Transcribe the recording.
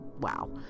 wow